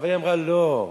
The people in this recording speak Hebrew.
אבל היא אמרה: לא,